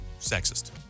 sexist